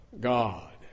God